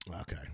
Okay